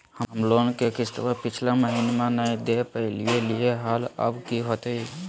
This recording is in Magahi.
हम लोन के किस्तवा पिछला महिनवा नई दे दे पई लिए लिए हल, अब की होतई?